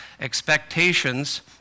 expectations